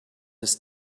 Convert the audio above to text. his